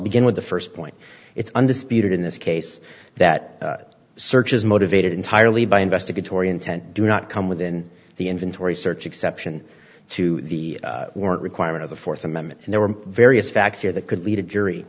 begin with the first point it's undisputed in this case that searches motivated entirely by investigatory intent do not come within the inventory search exception to the work requirement of the fourth amendment and there were various facts here that could lead a jury